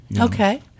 Okay